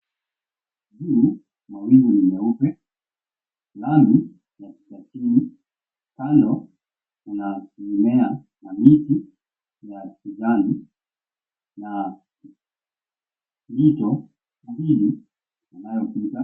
Mawingu ni meupe nani nafikiri tano unamea na miti ya kijani na jito mimi unayopuliza.